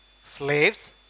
slaves